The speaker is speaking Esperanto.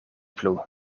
plu